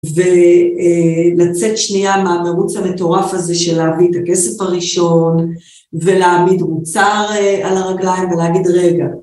ולצאת שנייה מהמירוץ המטורף הזה של להביא את הכסף הראשון ולהעמיד מוצר על הרגליים ולהגיד רגע.